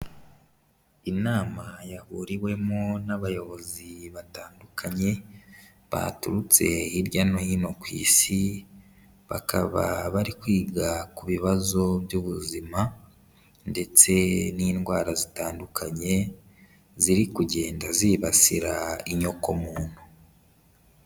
Inama yahuriwemo n'abayobozi batandukanye baturutse hirya no hino ku isi, bakaba bari kwiga ku bibazo by'ubuzima ndetse n'indwara zitandukanye ziri kugenda zibasira inyokomuntu.